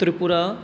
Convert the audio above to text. Tripura